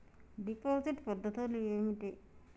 Deposit పద్ధతులు ఏమిటి?